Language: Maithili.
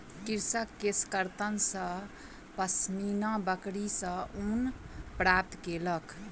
कृषक केशकर्तन सॅ पश्मीना बकरी सॅ ऊन प्राप्त केलक